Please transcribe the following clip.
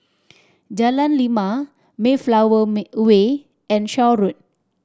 Jalan Lima Mayflower Way and Shaw Road